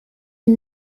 une